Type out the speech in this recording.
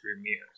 mirrors